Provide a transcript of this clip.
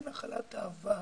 זה נחלת העבר,